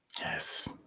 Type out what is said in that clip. Yes